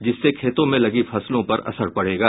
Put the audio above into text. जिससे खेतों में लगी फसलों पर असर पड़ेगा